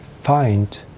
find